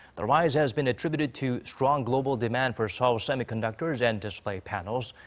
the rise has been attributed to strong global demand for seoul's semiconductors and display panels.